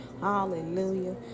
Hallelujah